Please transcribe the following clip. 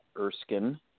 Erskine